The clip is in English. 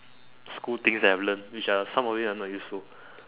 school things that I've learnt which are some of it are not useful